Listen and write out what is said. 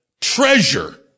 treasure